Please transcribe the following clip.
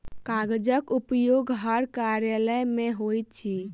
कागजक उपयोग हर कार्यालय मे होइत अछि